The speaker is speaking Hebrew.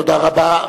תודה רבה.